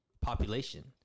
population